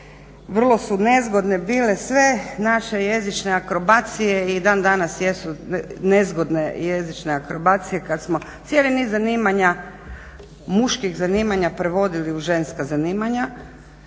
Vrlo su nezgodne bile sve naše jezične akrobacije i dan danas jesu nezgodne jezične akrobacije kad smo cijeli niz muških zanimanja prevodili u ženska zanimanja